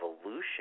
evolution